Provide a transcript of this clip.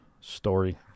story